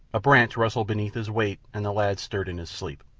a branch rustled beneath his weight and the lad stirred in his sleep.